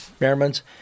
Merriman's